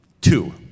two